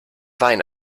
wein